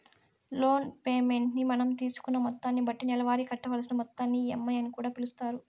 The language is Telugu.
లోన్ పేమెంట్ ని మనం తీసుకున్న మొత్తాన్ని బట్టి నెలవారీ కట్టవలసిన మొత్తాన్ని ఈ.ఎం.ఐ అని కూడా పిలుస్తారు